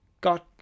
got